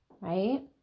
Right